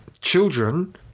Children